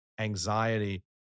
anxiety